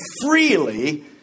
freely